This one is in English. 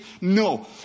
no